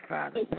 Father